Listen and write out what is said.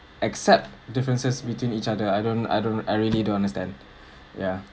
accept differences between each other I don't I don't I really don't understand ya